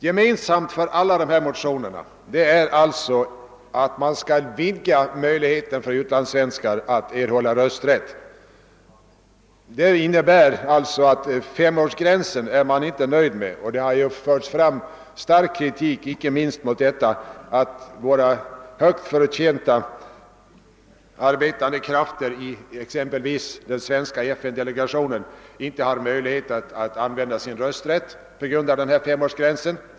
Gemensamt för alla motionerna var alltså att man ville vidga möjligheten för utlandssvenskar att erhålla rösträtt. Det innebär att man inte är nöjd med femårsgränsen, och stark kritik har framförts inte minst mot att våra högt förtjänta medarbetande krafter i exem pelvis den svenska FN-delegationen inte kan utöva sin rösträtt på grund av denna femårsgräns.